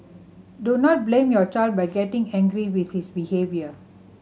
do not blame your child by getting angry with his behaviour